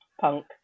punk